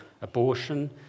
abortion